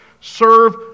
Serve